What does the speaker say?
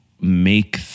make